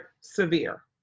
severe